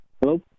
Hello